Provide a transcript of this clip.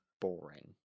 boring